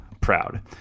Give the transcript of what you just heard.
proud